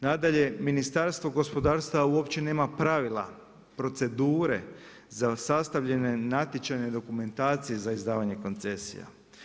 Nadalje, Ministarstvo gospodarstva uopće nema pravila, procedure, za sastavljen natječajne dokumentacije za izdavanje koncesija.